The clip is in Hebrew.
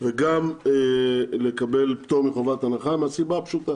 וגם לקבל פטור מחובת הנחה מסיבה פשוטה